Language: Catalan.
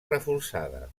reforçada